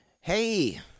hey